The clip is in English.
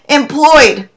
employed